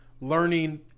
learning